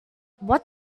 what